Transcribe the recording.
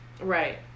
right